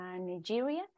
Nigeria